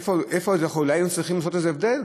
אולי היינו צריכים לעשות איזה הבדל,